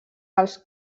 als